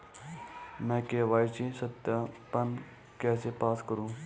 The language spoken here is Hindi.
मैं के.वाई.सी सत्यापन कैसे पास करूँ?